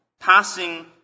passing